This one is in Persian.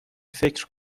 فکر